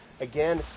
Again